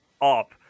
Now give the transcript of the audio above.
up